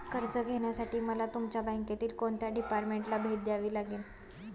कर्ज घेण्यासाठी मला तुमच्या बँकेतील कोणत्या डिपार्टमेंटला भेट द्यावी लागेल?